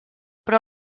però